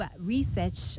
research